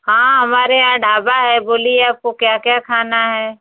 हाँ हमारे यहाँ ढाबा है बोलिए आपको क्या क्या खाना है